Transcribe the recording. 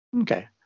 Okay